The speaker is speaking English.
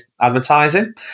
advertising